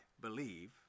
believe